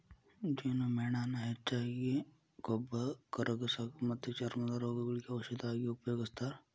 ಜೇನುಮೇಣಾನ ಹೆಚ್ಚಾಗಿ ಕೊಬ್ಬ ಕರಗಸಾಕ ಮತ್ತ ಚರ್ಮದ ರೋಗಗಳಿಗೆ ಔಷದ ಆಗಿ ಉಪಯೋಗಸ್ತಾರ